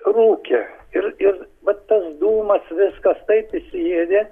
rūkė ir ir vat tas dūmas viskas taip įsiėdė